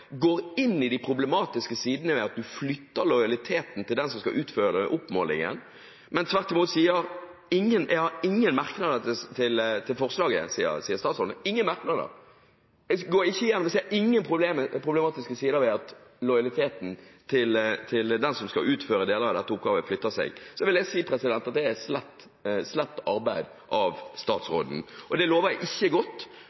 går inn i de problematiske sidene ved at en flytter lojaliteten til den som skal utføre oppmålingen, men tvert imot skriver at han «har ingen merknader til forslaget» – han ser ingen problematiske sider ved at lojaliteten til den som skal utføre deler av denne oppgaven, flytter seg – da er det slett arbeid av